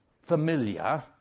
Familiar